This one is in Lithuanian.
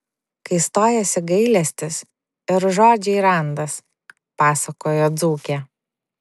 kai stojasi gailestis ir žodžiai randas pasakojo dzūkė